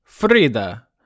Frida